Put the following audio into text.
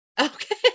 Okay